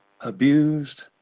abused